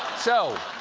so